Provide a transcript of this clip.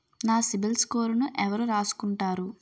నా సిబిల్ స్కోరును ఎవరు రాసుకుంటారు